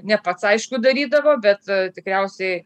ne pats aišku darydavo bet tikriausiai